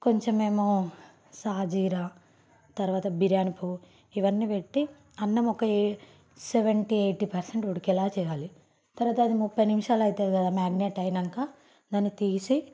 కొంచం ఏమో షాజీరా తర్వాత బిర్యానీ పువ్వు ఇవన్నీ పెట్టి అన్నం ఒక సెవెంటీ ఏయిటీ పర్శంట్ ఉడికేలాగా చేయాలి తర్వాత అది ముప్పై నిమిషాలు అవుతుంది కదా మాగ్నెట్ అయినాక దాన్ని తీసి